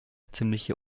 ziemliche